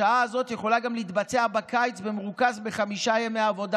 השעה הזאת יכולה גם להתבצע בקיץ במרוכז בחמישה ימי עבודה,